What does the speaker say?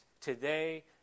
today